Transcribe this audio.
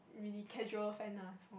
really casual fan uh so